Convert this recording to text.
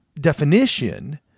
definition